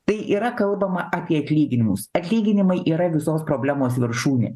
tai yra kalbama apie atlyginimus atlyginimai yra visos problemos viršūnė